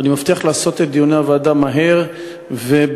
אני מבטיח לקיים את דיוני הוועדה מהר ובתמציתיות,